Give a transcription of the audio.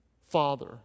father